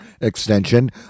extension